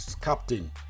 captain